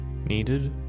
needed